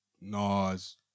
Nas